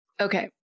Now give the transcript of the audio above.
okay